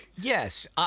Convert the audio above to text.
Yes